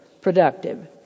productive